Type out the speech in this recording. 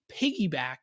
piggyback